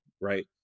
right